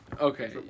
Okay